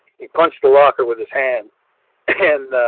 he punched a locker where his hand and, ah,